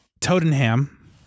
Tottenham